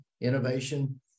innovation